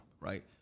right